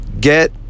get